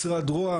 משרד ראש הממשלה,